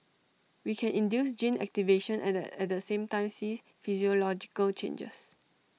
we can induce gene activation and at the same time see physiological changes